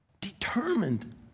determined